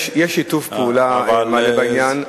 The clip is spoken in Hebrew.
קודם כול, יש שיתוף פעולה מלא בעניין.